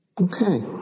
Okay